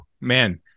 man